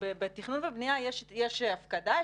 בתכנון ובנייה יש הפקדה,